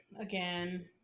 Again